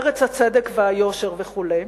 ארץ הצדק והיושר וכו',